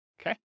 Okay